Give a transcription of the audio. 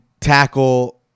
tackle